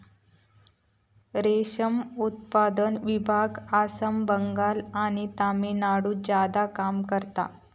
रेशम उत्पादन विभाग आसाम, बंगाल आणि तामिळनाडुत ज्यादा काम करता